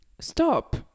Stop